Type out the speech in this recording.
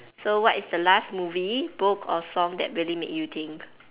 so what is the last movie book or song that really make you think